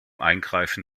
eingreifen